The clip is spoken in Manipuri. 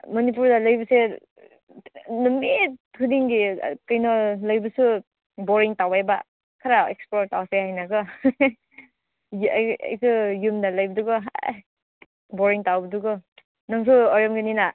ꯃꯅꯤꯄꯨꯔꯗ ꯂꯩꯕꯁꯦ ꯅꯨꯃꯤꯠ ꯈꯨꯗꯤꯡꯒꯤ ꯀꯩꯅꯣ ꯂꯩꯕꯁꯨ ꯕꯣꯔꯤꯡ ꯇꯧꯋꯦꯕ ꯈꯔ ꯑꯦꯛꯁꯄ꯭ꯂꯣꯔ ꯇꯧꯁꯦ ꯍꯥꯏꯅ ꯀꯣ ꯑꯩꯁꯨ ꯌꯨꯝꯗ ꯂꯩꯕꯗꯨꯀꯣ ꯑꯥꯏ ꯕꯣꯔꯤꯡ ꯇꯧꯕꯗꯀꯣ ꯅꯪꯁꯨ ꯑꯣꯏꯔꯝꯒꯅꯤꯅ